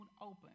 open